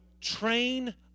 train